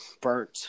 burnt